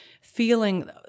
feeling